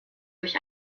durch